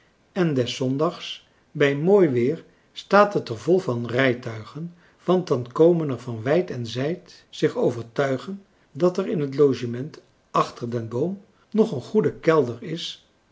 en des zondags bij mooi weer staat het er vol van rijtuigen want dan komen er van wijd en zijd zich overtuigen dat er in het logement achter den boom nog een goede kelder is